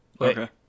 Okay